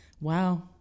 wow